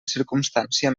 circumstància